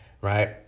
right